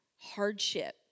hardship